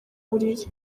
buriri